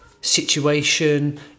situation